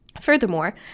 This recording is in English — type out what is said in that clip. Furthermore